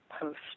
Post